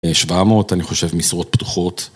700, אני חושב, משרות פתוחות.